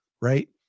right